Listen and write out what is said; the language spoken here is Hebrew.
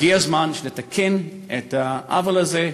הגיע הזמן שנתקן את העוול הזה,